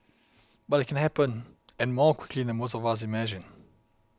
but it can happen and more quickly than most of us imagine